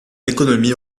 économie